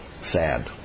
sad